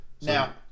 Now